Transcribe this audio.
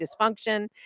dysfunction